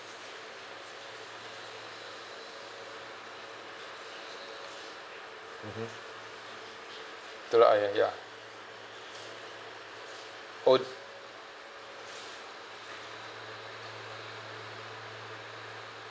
mmhmm telok ayer ya od~